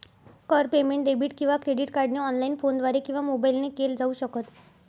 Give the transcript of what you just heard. कर payment debit किंवा credit कार्डने ऑनलाइन, फोनद्वारे किंवा मोबाईल ने केल जाऊ शकत